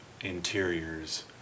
interiors